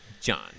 John